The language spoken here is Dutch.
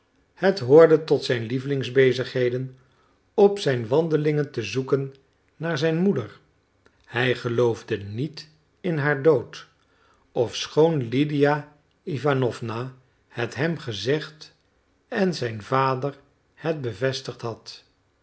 het hoorde tot zijne lievelingsbezigheden op zijn wandelingen te zoeken naar zijn moeder hij geloofde niet aan haar dood ofschoon lydia iwanowna het hem gezegd en zijn vader het bevestigd had